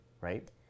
right